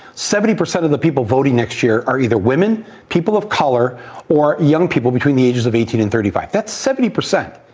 seventy percent of the people voting next year are either women, people of color or young people between the ages of eighteen and thirty five. that's seventy percent.